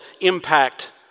impact